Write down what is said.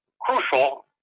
crucial